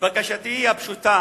בקשתי הפשוטה